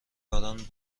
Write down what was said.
دارند